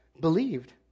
believed